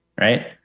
right